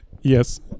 yes